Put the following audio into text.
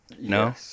No